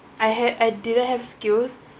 I had I didn't have skills